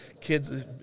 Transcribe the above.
Kids